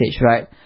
right